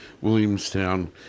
Williamstown